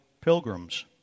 pilgrims